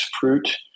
Fruit